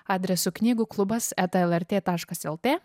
adresu knygų klubas eta lrt taškas lt